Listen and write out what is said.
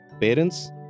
parents